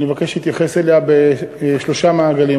אני מבקש להתייחס אליה בשלושה מעגלים.